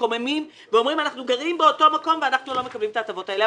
שמתקוממים ואומרים גרים באותו מקום ולא מקבלים את ההטבות האלה,